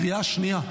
קריאה שניה,